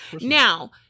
Now